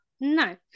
no